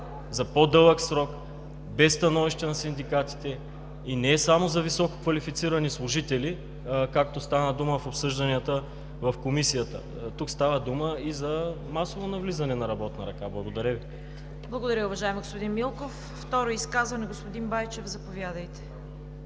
за по-дълъг срок, без становище на синдикатите, и не само за висококвалифицирани служители, както стана дума в обсъжданията в Комисията. Тук става дума и за масово навлизане на работна ръка. Благодаря Ви. ПРЕДСЕДАТЕЛ ЦВЕТА КАРАЯНЧЕВА: Благодаря, уважаеми господин Милков. Второ изказване? Господин Байчев, заповядайте.